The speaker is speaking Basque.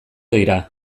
dira